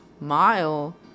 mile